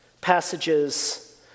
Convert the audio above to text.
passages